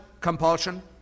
compulsion